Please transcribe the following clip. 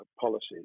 policies